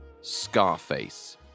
Scarface